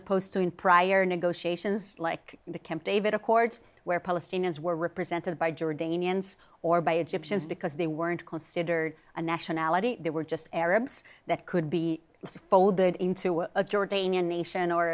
opposed to in prior negotiations like the camp david accords where palestinians were represented by jordanians or by egyptians because they weren't considered a nationality they were just arabs that could be folded into a jordanian nation or